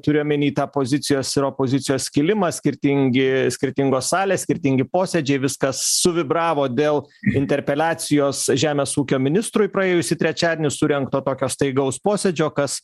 turiu omeny tą pozicijos ir opozicijos skilimą skirtingi skirtingos salės skirtingi posėdžiai viskas suvibravo dėl interpeliacijos žemės ūkio ministrui praėjusį trečiadienį surengto tokio staigaus posėdžio kas